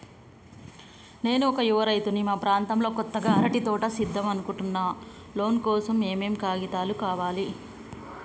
నేను ఒక యువ రైతుని మా ప్రాంతంలో కొత్తగా అరటి తోట ఏద్దం అనుకుంటున్నా లోన్ కోసం ఏం ఏం కాగితాలు కావాలే?